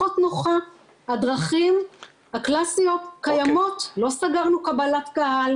כל הדרכים פתוחות במקביל.